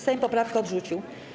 Sejm poprawkę odrzucił.